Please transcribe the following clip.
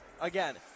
Again